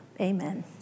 Amen